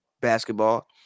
basketball